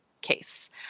Case